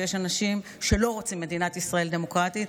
שיש אנשים שלא רוצים מדינת ישראל דמוקרטית,